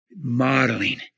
Modeling